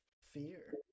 fear